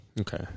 Okay